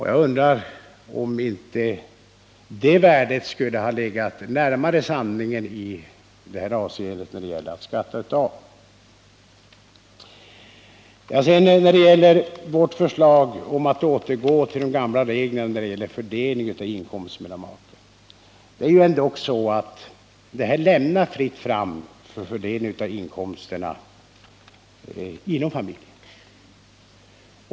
Jag undrar om inte det värdet skulle ha legat närmare sanningen när det gäller att betala skatt. Då det gäller vårt förslag att återgå till de gamla reglerna för fördelning av inkomst mellan makar vill jag påminna om att de nuvarande reglerna lämnar fritt fram för fördelning av inkomsterna inom familjen.